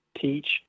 teach